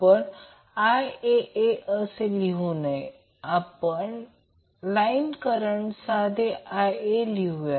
आपण Iaa असे लिहू नये आपण लाईन करंटसाठी साधे Ia लिहूया